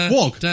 Walk